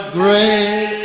great